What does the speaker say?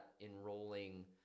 enrolling